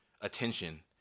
attention